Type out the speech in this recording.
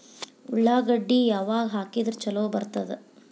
ಉಳ್ಳಾಗಡ್ಡಿ ಯಾವಾಗ ಹಾಕಿದ್ರ ಛಲೋ ಬರ್ತದ?